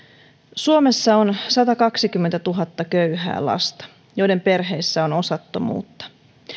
suomessa on satakaksikymmentätuhatta köyhää lasta joiden perheissä on osattomuutta